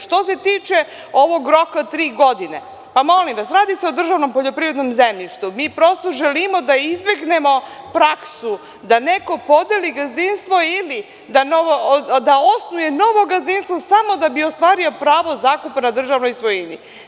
Što se tiče ovog roka od tri godine, pa molim vas, radi se o državnom poljoprivrednom zemljištu, mi prosto želimo da izbegnemo praksu da neko podeli gazdinstvo ili da osnuje novo gazdinstvo samo da bi ostvario pravo zakupa na državnoj svojini.